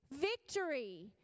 victory